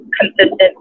consistent